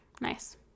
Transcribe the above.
Nice